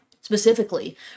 specifically